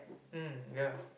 mm ya